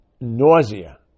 nausea